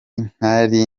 ntari